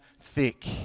thick